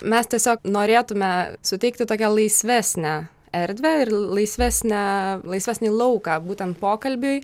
mes tiesiog norėtume suteikti tokią laisvesnę erdvę ir laisvesnę laisvesnį lauką būtent pokalbiui